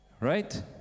right